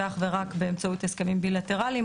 ואך ורק באמצעות הסכמים בילטרליים.